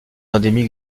endémique